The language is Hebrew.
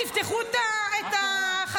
תפתחו את החדשות.